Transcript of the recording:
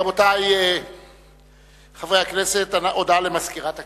רבותי חברי הכנסת, הודעה למזכירת הכנסת.